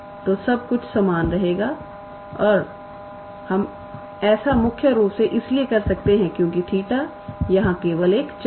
तो सब कुछ समान रहेगा और हम ऐसा मुख्य रूप से इसलिए कर सकते हैं क्योंकि 𝜃 यहां केवल एक चर है